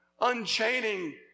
Unchaining